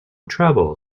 trouble